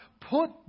put